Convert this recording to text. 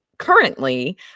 currently